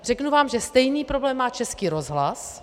Řeknu vám, že stejný problém má Český rozhlas.